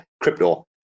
crypto